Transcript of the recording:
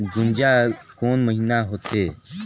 गुनजा कोन महीना होथे?